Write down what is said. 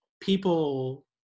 people